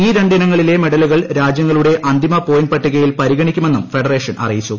ഈ രണ്ടിനങ്ങളിലെ മെഡലുകൾ രാജ്യങ്ങളുടെ അന്തിമ പോയിന്റ് പട്ടികയിൽ പരിഗണിക്കുമെന്നും ഫെഡറേഷൻ അറിയിച്ചു